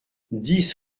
dix